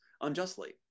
unjustly